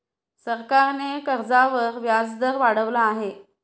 सरकारने कर्जावर व्याजदर वाढवला आहे